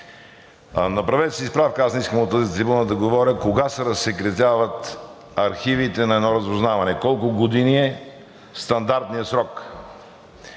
Направете си справка. Аз не искам от тази трибуна да говоря кога се разсекретяват архивите на едно разузнаване, колко години е стандартният срок.